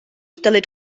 dylid